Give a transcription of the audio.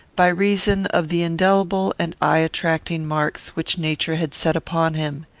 by reason of the indelible and eye-attracting marks which nature had set upon him.